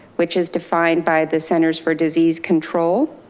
which is defined by the centers for disease control.